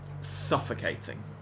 suffocating